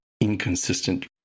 inconsistent